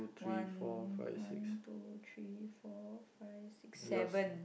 one one two three four five six seven